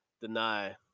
deny